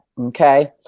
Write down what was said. okay